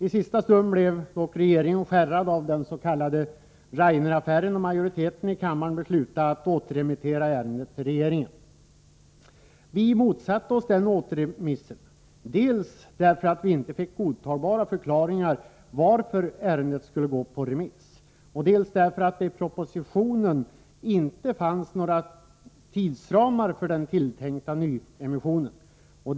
I sista stund blev dock regeringen skärrad av den s.k. Raineraffären, och majoriteten i kammaren beslutade att återremittera ärendet till regeringen. Vi motsatte oss den återremissen, dels därför att vi inte fick godtagbara förklaringar till varför ärendet skulle gå på remiss, dels därför att det i propositionen inte fanns några tidsramar för den tilltänkta nyemissionen.